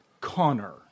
Connor